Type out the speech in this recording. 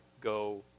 go